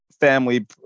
family